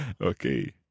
Okay